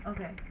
Okay